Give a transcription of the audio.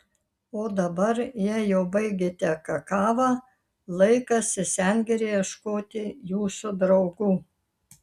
o dabar jei jau baigėte kakavą laikas į sengirę ieškoti jūsų draugų